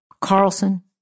Carlson